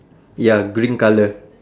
ya green colour